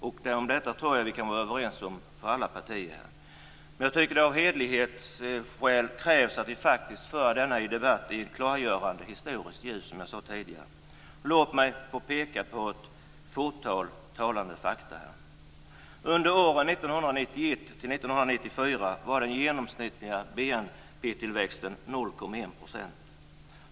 Om detta tror jag att vi från alla partier här kan vara överens. Jag tycker att hederligheten kräver att vi faktiskt för denna debatt i ett klargörande historiskt ljus, som jag tidigare sade. Låt mig peka på ett fåtal talande fakta: Under de tre åren 1991-1994 var den genomsnittliga BNP-tillväxten 0,1 %.